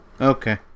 okay